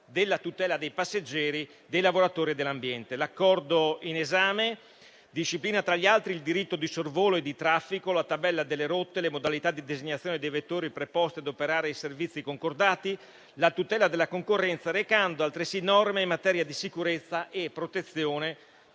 grazie a tutti